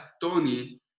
tony